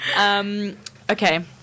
Okay